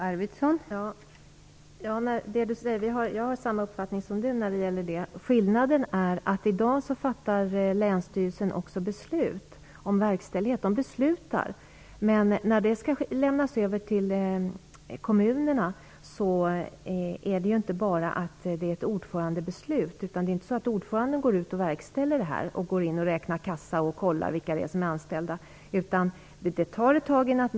Fru talman! Jag har samma uppfattning som statsrådet på den punkten. Men skillnaden är att länsstyrelsen i dag också fattar beslut om verkställighet. Men när det skall lämnas över till kommunerna är det inte bara ett ordförandebeslut. Ordföranden går inte ut och verkställer, räknar in kassa och kontrollerar vilka som är anställda.